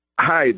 Hi